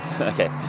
Okay